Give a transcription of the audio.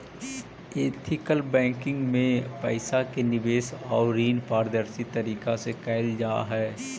ethical banking में पइसा के निवेश आउ ऋण पारदर्शी तरीका से कैल जा हइ